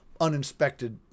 uninspected